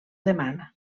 demana